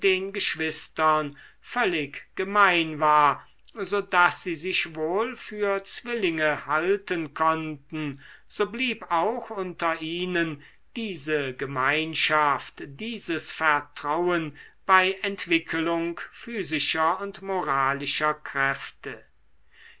geschwistern völlig gemein war so daß sie sich wohl für zwillinge halten konnten so blieb auch unter ihnen diese gemeinschaft dieses vertrauen bei entwickelung physischer und moralischer kräfte